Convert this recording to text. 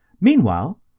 Meanwhile